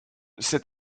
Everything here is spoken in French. cet